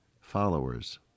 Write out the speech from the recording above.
followers